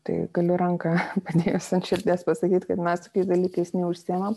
tai galiu ranką uždėjus ant širdies pasakyt kad mes tokiais dalykais neužsiimam